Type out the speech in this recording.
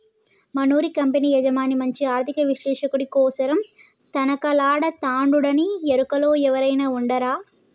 మనూరి కంపెనీ యజమాని మంచి ఆర్థిక విశ్లేషకుడి కోసరం తనకలాడతండాడునీ ఎరుకలో ఎవురైనా ఉండారా